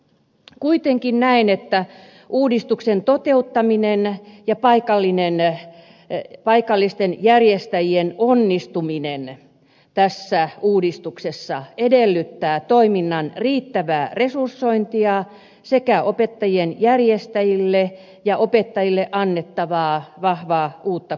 kuitenkin näen että uudistuksen toteuttaminen ja paikallisten järjestäjien onnistuminen tässä uudistuksessa edellyttää toiminnan riittävää resursointia sekä opetuksen järjestäjille ja opettajille annettavaa vahvaa uutta koulutusta